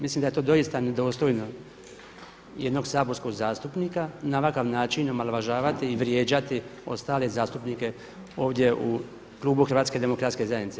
Mislim da je to doista nedostojno jednog saborskog zastupnika na ovakav način omalovažavati i vrijeđati ostale zastupnike ovdje u klubu Hrvatske demokratske zajednice.